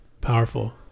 Powerful